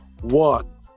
One